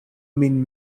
min